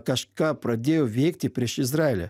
kažką pradėjo veikti prieš izraelį